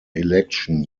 election